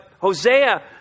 Hosea